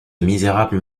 misérable